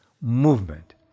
movement